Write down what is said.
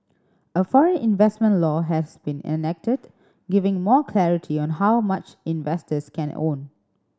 a foreign investment law has been enacted giving more clarity on how much investors can own